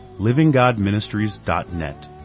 livinggodministries.net